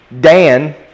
Dan